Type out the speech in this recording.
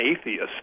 atheist